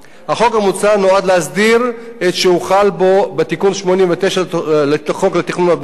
החוק המוצע נועד להסדיר את שהוחל בו בתיקון 89 לחוק התכנון והבנייה,